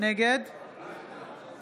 יאיר לפיד, אינו נוכח